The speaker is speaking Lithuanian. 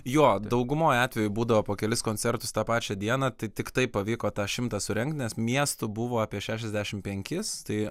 jo daugumoj atvejų būdavo po kelis koncertus tą pačią dieną tai tik taip pavyko tą šimtą surengt nes miestų buvo apie šešiasdešim penkis tai